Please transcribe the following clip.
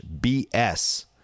bs